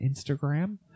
instagram